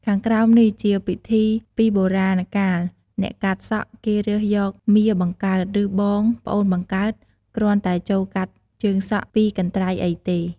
ខាងក្រោមនេះជាពិធីពីបុរាណកាល អ្នកកាត់សក់ គេរើសយកមាបង្កើត ឬបង ប្អូនបង្កើត គ្រាន់តែចូលកាត់ជើងសក់ពីរកន្ត្រៃអីទេ។